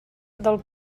del